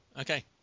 okay